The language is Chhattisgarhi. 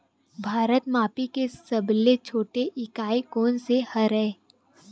भार मापे के सबले छोटे इकाई कोन सा हरे?